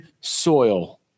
soil